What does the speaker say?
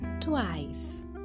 twice